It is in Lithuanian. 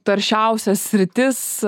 taršiausias sritis